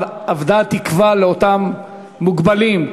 אבדה התקווה לאותם מוגבלים.